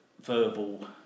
verbal